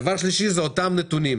דבר שלישי, אלה אותם נתונים.